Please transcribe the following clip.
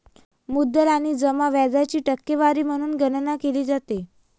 मुद्दल आणि जमा व्याजाची टक्केवारी म्हणून गणना केली जाते